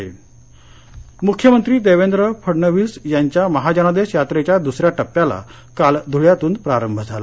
महाजनादेश धळे मुख्यमंत्री देवेंद्र फडणवीस यांच्या महाजनादेश यात्रेच्या द्सऱ्या टप्प्याला काल धुळयातून प्रारंभ झाला